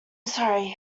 sorry